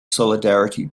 solidarity